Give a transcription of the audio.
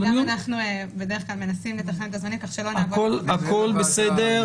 בדרך כלל אנחנו מנסים לתכנן את הזמנים כך שלא נעבוד --- הכול בסדר.